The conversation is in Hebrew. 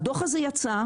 הדוח הזה יצא,